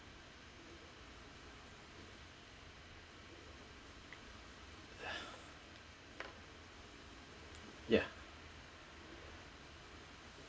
ya